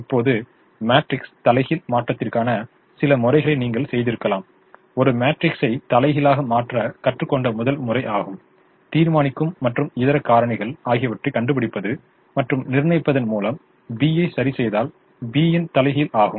இப்போது மேட்ரிக்ஸ் தலைகீழ் மாற்றத்திற்கான சில முறைகளை நீங்கள் செய்திருக்கலாம் ஒரு மேட்ரிக்ஸைத் தலைகீழாகக் மாற்ற கற்றுக்கொண்ட முதல் முறை ஆகும் தீர்மானிக்கும் மற்றும் இதர காரணிகள் ஆகியவற்றைக் கண்டுபிடிப்பது மற்றும் நிர்ணயிப்பதன் மூலம் B ஐ சரிசெய்தால் B ன் தலைகீழ் ஆகும்